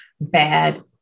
bad